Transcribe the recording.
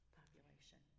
population